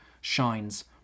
shines